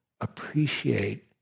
appreciate